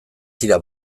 dira